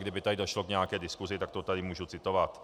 Kdyby tady došlo k nějaké diskusi, tak to tady můžu citovat.